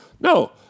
No